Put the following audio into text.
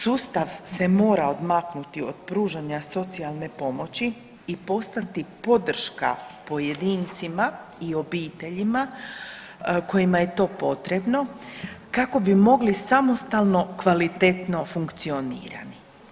Sustav se mora odmaknuti od pružanja socijalne pomoći i postati podrška pojedincima i obiteljima kojima je to potrebno kako bi mogli samostalno kvalitetno funkcionirati.